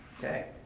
okay,